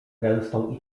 gęstą